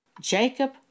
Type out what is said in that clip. Jacob